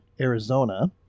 arizona